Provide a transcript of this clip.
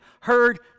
heard